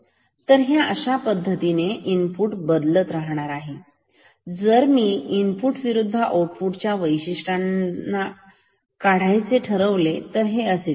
तर ह्या अशा पद्धतीने इनपुट बदलत राहील आणि जर मी इनपुट विरुद्ध आउटपुट च्या वैशिष्ट्यांना काढायचे ठरवले तर हे कसे दिसेल